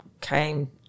came